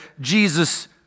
Jesus